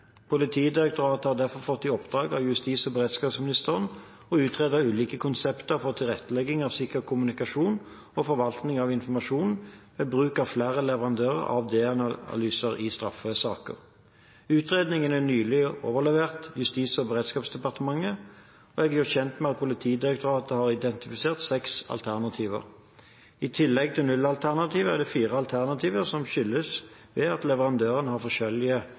Politidirektoratet har derfor fått i oppdrag av justis- og beredskapsministeren å utrede ulike konsepter for tilrettelegging av sikker kommunikasjon og forvaltning av informasjon ved bruk av flere leverandører av DNA-analyser i straffesaker. Utredningen er nylig overlevert Justis- og beredskapsdepartementet, og jeg er gjort kjent med at Politidirektoratet har identifisert seks alternativer. I tillegg til nullalternativet er det fire alternativer som skilles ved at leverandørene har forskjellige